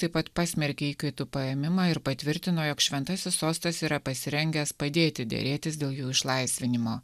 taip pat pasmerkė įkaitų paėmimą ir patvirtino jog šventasis sostas yra pasirengęs padėti derėtis dėl jų išlaisvinimo